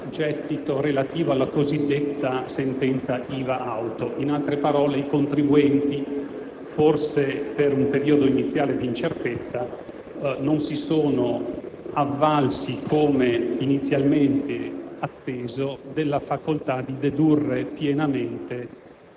riguarda un diverso andamento del gettito relativo alla cosiddetta sentenza «IVA auto». In altre parole i contribuenti, forse per un periodo iniziale di incertezza, non si sono avvalsi, come inizialmente atteso,